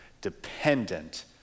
dependent